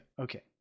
okay